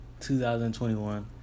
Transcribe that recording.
2021